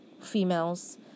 females